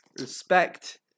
Respect